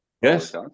Yes